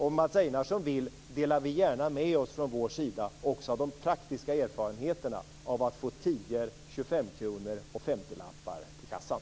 Om Mats Einarsson vill delar vi gärna med oss från vår sida också av de praktiska erfarenheterna av att får tior, 25-kronor och 50-lappar till kassan.